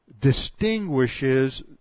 distinguishes